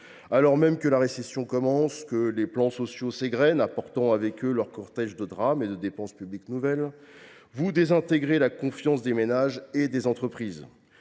Alors même que la récession commence et que les plans sociaux s’égrènent, avec leur cortège de drames et de dépenses publiques nouvelles, vous désintégrez la confiance des ménages et des entreprises.